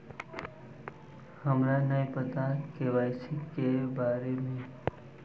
हमरा नहीं पता के.वाई.सी के बारे में?